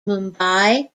mumbai